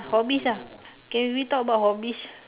hobbies lah can we talk about hobbies